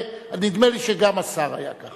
נדמה לי שגם השר היה כך.